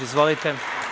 Izvolite.